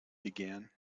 began